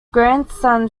grandson